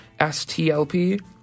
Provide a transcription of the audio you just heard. stlp